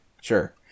Sure